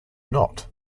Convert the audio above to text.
not